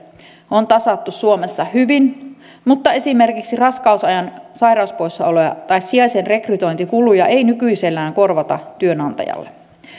on tasattu suomessa hyvin mutta esimerkiksi raskausajan sairauspoissaoloja tai sijaisen rekrytointikuluja ei nykyisellään korvata työnantajalle